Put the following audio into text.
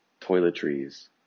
toiletries